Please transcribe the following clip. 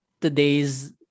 today's